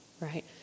right